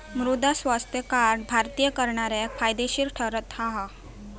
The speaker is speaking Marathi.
मृदा स्वास्थ्य कार्ड भारतीय करणाऱ्याक फायदेशीर ठरता हा